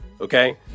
Okay